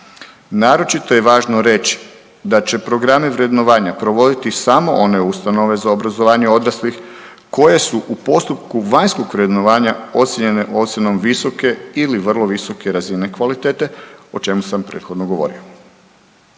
Naročito je važno reći da će programe vrednovanja provoditi samo one ustanove za obrazovanje odraslih koje su u postupku vanjskog vrednovanja ocijenjene ocjenom visoke ili vrlo visoke razine kvalitete, o čemu sam prethodno govorio.